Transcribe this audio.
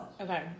Okay